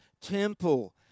temple